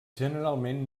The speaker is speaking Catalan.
generalment